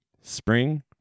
spring